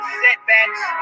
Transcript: setbacks